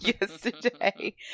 yesterday